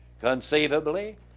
conceivably